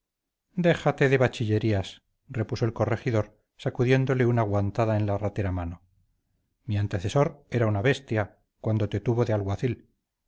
déjate de bachillerías repuso el corregidor sacudiéndole una guantada en la ratera mano mi antecesor era una bestia cuando te tuvo de